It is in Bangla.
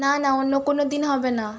না না অন্য কোনও দিন হবে না